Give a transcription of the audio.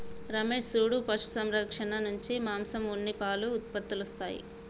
రమేష్ సూడు పశు సంరక్షణ నుంచి మాంసం ఉన్ని పాలు ఉత్పత్తులొస్తాయి